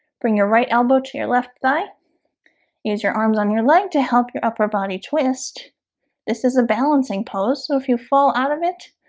bring your right elbow to your left thigh use your arms on your leg to help your upper body twist this is a balancing pose. so if you fall out of it,